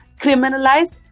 criminalized